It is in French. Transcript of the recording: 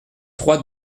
trois